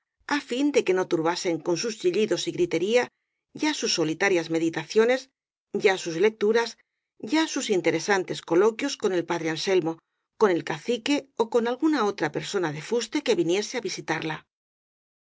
á fin de que no turbasen con sus chillidos y gritería ya sus solitarias meditaciones ya sus lecturas ya sus interesantes coloquios con el padre anselmo con el cacique ó con alguna otra persona de fuste que viniese á visitarla